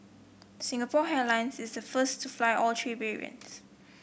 Singapore Airlines is the first to fly all three variants